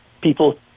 people